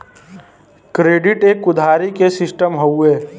credit एक उधारी के सिस्टम हउवे